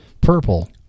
purple